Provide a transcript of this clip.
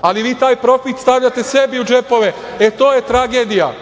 Ali, vi taj profit stavljate sebi u džepove. E to je tragedija.